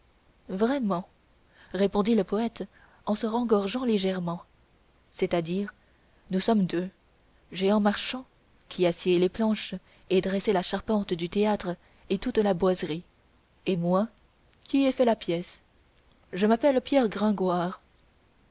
vraiment répondit le poète en se rengorgeant légèrement c'est-à-dire nous sommes deux jehan marchand qui a scié les planches et dressé la charpente du théâtre et toute la boiserie et moi qui ai fait la pièce je m'appelle pierre gringoire